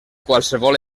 qualsevol